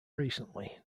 recently